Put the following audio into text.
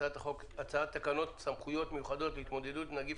הנושא: הצעת תקנות סמכויות מיוחדות להתמודדות עם נגיף